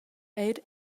eir